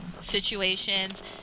situations